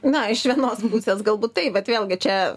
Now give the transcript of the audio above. na iš vienos pusės galbūt tai vat vėlgi čia